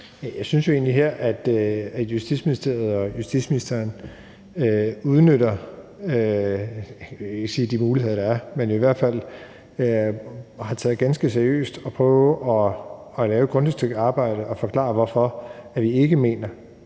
Jeg synes jo egentlig, at Justitsministeriet og justitsministeren om ikke udnytter de muligheder, der er, så i hvert fald har taget det ganske seriøst og prøver at lave et grundigt stykke arbejde og forklare, hvorfor vi ikke mener,